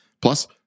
Plus